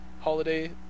holiday